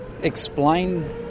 explain